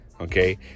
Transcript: okay